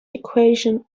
equation